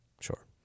Sure